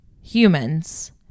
humans